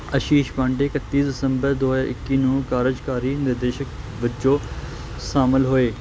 ਅਸ਼ੀਸ਼ ਪਾਂਡੇ ਇਕੱਤੀ ਦਸੰਬਰ ਦੋ ਹਜ਼ਾਰ ਇੱਕੀ ਨੂੰ ਕਾਰਜਕਾਰੀ ਨਿਰਦੇਸ਼ਕ ਵਜੋਂ ਸ਼ਾਮਲ ਹੋਏ